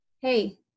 Hey